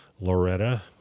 Loretta